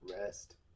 rest